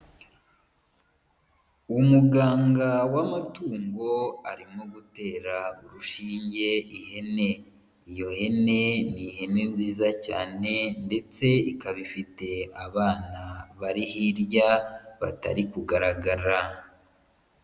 Umuganga w'amatungo arimo gutera urushinge ihene, iyo hene ni ihene nziza cyane, ndetse ikaba ifite abana bari hirya, batari kugaragara.